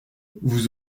vous